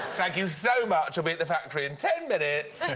thank you so much. i'll but at the factory in ten minutes!